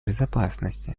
безопасности